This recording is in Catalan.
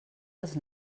els